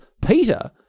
Peter